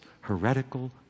heretical